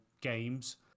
games